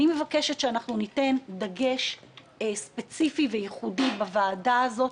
אני מבקשת שניתן דגש ספציפי וייחודי בוועדה הזאת